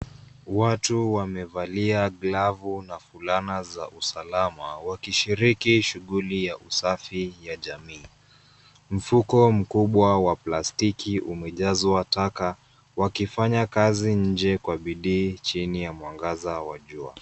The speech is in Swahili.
Watu wamevalia glovu na fulana za usalama, wakishiriki shughuli ya usafi ya jamii. Mfuko mkubwa wa plastiki umejazwa taka ,wakifanya kazi nje kwa bidii chini ya mwangaza wa jua.